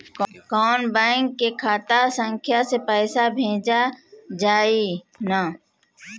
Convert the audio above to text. कौन्हू बैंक के खाता संख्या से पैसा भेजा जाई न?